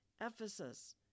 ephesus